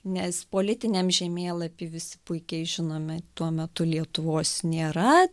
nes politiniam žemėlapy visi puikiai žinome tuo metu lietuvos nėra